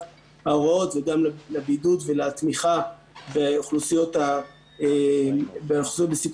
ההוראות וגם לבידוד ולתמיכה באוכלוסיות בסיכון,